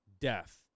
death